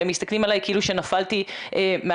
והם מסתכלים עלי כאילו שנפלתי מהירח,